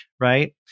right